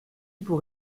pour